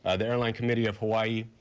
ah the airline committee of hawaii,